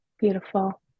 Beautiful